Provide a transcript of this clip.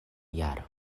jaro